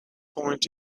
point